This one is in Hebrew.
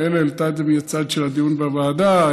יעל העלתה את זה מהצד של הדיון בוועדה,